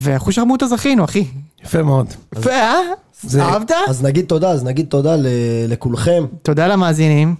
ואחושרמוטה זכינו, אחי? יפה מאוד. יפה, אה? אהבת? אז נגיד תודה, אז נגיד תודה לכולכם. תודה למאזינים.